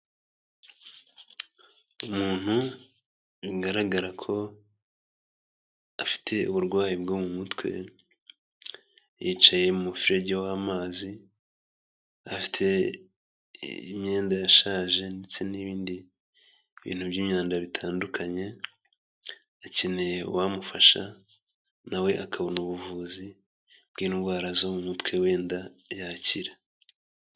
Umuntu bigaragara ko afite uburwayi bwo mu mutwe yicaye mu mufrege w'amazi, afite imyenda yashaje ndetse n'ibindi bintu by'imyanda bitandukanye, akeneye uwamufasha na we akabona ubuvuzi bw'indwara zo mu mutwe wenda yakira.